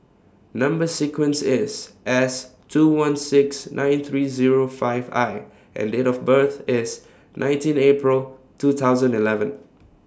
Number sequence IS S two one six nine three Zero five I and Date of birth IS nineteen April two thousand eleven